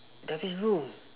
dah habis belum